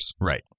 Right